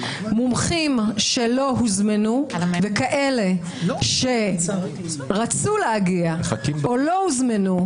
מומחים שלא הוזמנו וכאלה שרצו להגיע או לא הוזמנו,